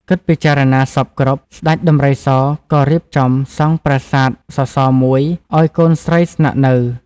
គិតពិចារណាសព្វគ្រប់ ស្តេចដំរីសក៏រៀបចំ សង់ប្រាសាទសសរមួយឱ្យកូនស្រីស្នាក់នៅ ។